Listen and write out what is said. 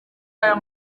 aya